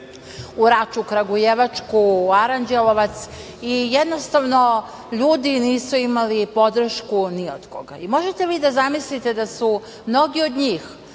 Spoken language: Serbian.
u Raču kragujevačku, u Aranđelovac i jednostavno ljudi nisu imali podršku ni od koga. Da li možete vi da zamislite da su mnogi od njih